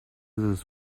this